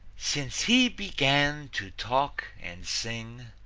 since he began to talk and sing,